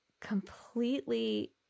completely